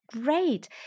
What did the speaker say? great